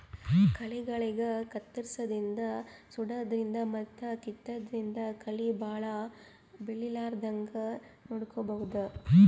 ಕಳಿಗಳಿಗ್ ಕತ್ತರ್ಸದಿನ್ದ್ ಸುಡಾದ್ರಿನ್ದ್ ಮತ್ತ್ ಕಿತ್ತಾದ್ರಿನ್ದ್ ಕಳಿ ಭಾಳ್ ಬೆಳಿಲಾರದಂಗ್ ನೋಡ್ಕೊಬಹುದ್